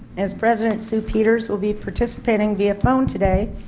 as president sue peters will be participating via phone today,